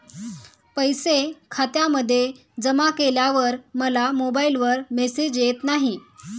पैसे खात्यामध्ये जमा केल्यावर मला मोबाइलवर मेसेज येत नाही?